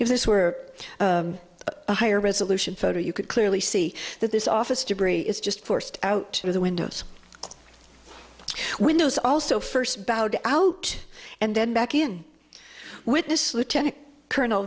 if this were a higher resolution photo you could clearly see that this office debris is just forced out of the windows windows also first bowed out and then back in witness lieutenant colonel